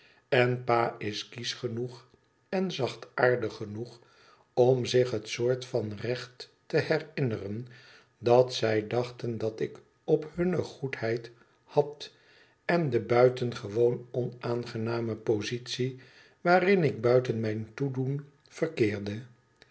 en pa is kiesch genoeg en zachtaardig genoeg om zich het soort van recht te herinneren dat zij dachten dat ik op hunne goedheid had en de buitengewoon onaangename positie waarin ik buiten mijn toedoen verkeerde